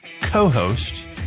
co-host